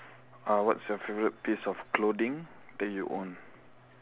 uh what's your favourite piece of clothing that you own